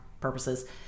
purposes